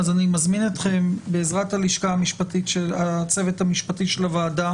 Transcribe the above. אני מזמין אתכם בעזרת הצוות המשפטי של הוועדה